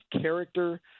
character